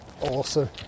awesome